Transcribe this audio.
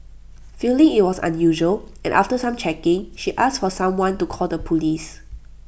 feeling IT was unusual and after some checking she asked for someone to call the Police